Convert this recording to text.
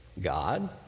God